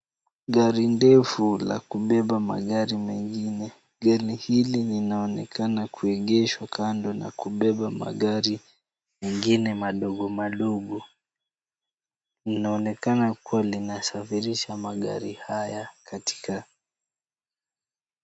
Gari ndefu la kubeba magari mengine. Gari hili linaonekana kuegeshwa kando na kubeba magari mengine madogo madogo. Linaonekana kuwa linasafirisha magari haya katika.